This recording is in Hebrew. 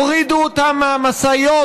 הורידו אותם מהמשאיות,